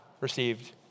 received